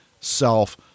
self